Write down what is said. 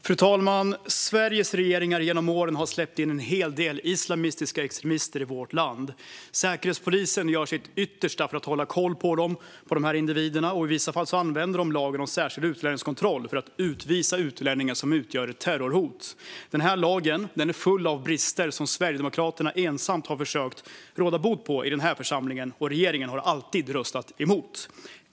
Fru talman! Sveriges regering har genom åren släppt in en hel del islamistiska extremister i vårt land. Säkerhetspolisen gör sitt yttersta för att hålla koll på dessa individer och använder i vissa fall lagen om särskild utlänningskontroll för att utvisa utlänningar som utgör ett terrorhot. Den här lagen är full av brister som Sverigedemokraterna ensamt har försökt råda bot på i den här församlingen. Regeringen har alltid röstat emot.